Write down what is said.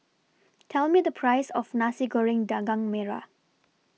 Tell Me The Price of Nasi Goreng Daging Merah